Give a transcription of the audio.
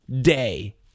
day